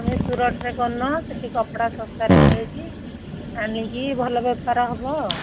ଆମେ ସୁରଟରେ କରୁନ ସେଠି କପଡ଼ା ଶସ୍ତାରେ ମିଳୁଛି ଆଣିକି ଭଲ ବେପାର ହେବ ଆଉ